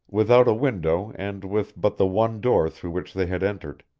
without a window and with but the one door through which they had entered.